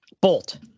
Bolt